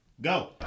Go